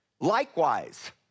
likewise